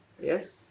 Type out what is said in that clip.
Yes